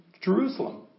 Jerusalem